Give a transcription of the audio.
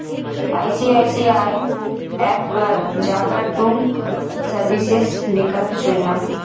ICICI app पर जा कर तुम सर्विसेस विकल्प चुनना